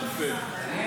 יפה.